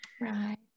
right